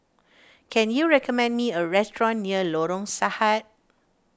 can you recommend me a restaurant near Lorong Sahad